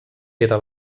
era